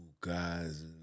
guys